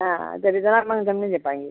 हाँ तब इतना महंगा तो हम नहीं ले पाएँगे